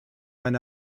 when